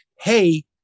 Hey